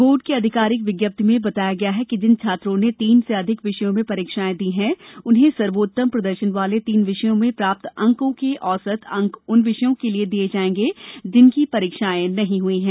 board की आधिकारिक विज्ञप्ति में बताया गया है कि जिन छात्रों ने तीन से अधिक विषयों में परीक्षाएं दी हैं उन्हें सर्वोत्तम प्रदर्शन वाले तीन विषयों में प्राप्त अंकों के औसत अंक उन विषयों के लिए दिए जाएंगे जिनकी परीक्षाएं नहीं हुई हैं